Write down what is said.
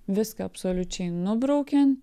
viską absoliučiai nubraukiant